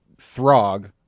Throg